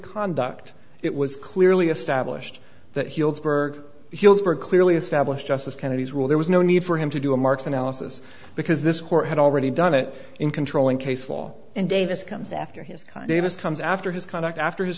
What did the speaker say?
conduct it was clearly established that healdsburg healdsburg clearly established justice kennedy's rule there was no need for him to do a marks analysis because this court had already done it in controlling case law and davis comes after his kind davis comes after his conduct after his